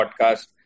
podcast